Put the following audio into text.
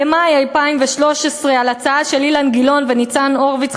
ובמאי 2013 על הצעה של אילן גילאון וניצן הורוביץ,